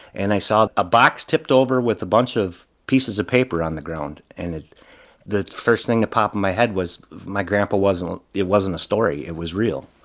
and i saw a box tipped over with a bunch of pieces of paper on the ground. and it the first thing that popped in my head was, my grandpa wasn't it wasn't a story. it was real.